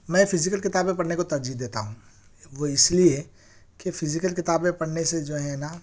میں فزیکل کتابیں پڑھنے کو ترجیح دیتا ہوں وہ اس لئے کہ فزیکل کتابیں پڑھنے سے جو ہے نا